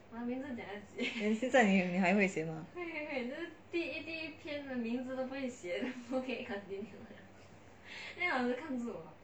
现在你还会写吗